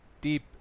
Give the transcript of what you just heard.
deep